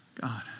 God